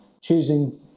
choosing